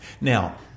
Now